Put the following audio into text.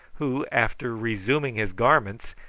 who, after resuming his garments,